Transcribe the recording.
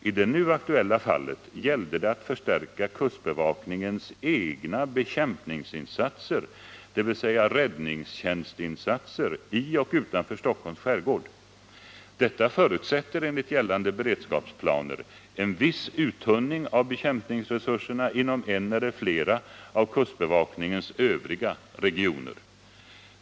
I det nu aktuella fallet gällde det att förstärka kustbevakningens egna bekämpningsinsatser, dvs. räddningstjänstinsatser, i och utanför Stockholms skärgård. Detta förutsätter enligt gällande beredskapsplaner en viss uttunning av bekämpningsresurserna inom en eller flera av kustbevakningens övriga regioner.